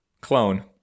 Clone